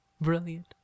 Brilliant